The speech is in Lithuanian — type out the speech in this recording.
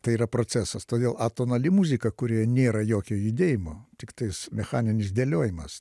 tai yra procesas todėl atonali muzika kuri nėra jokio judėjimo tiktais mechaninis dėliojimas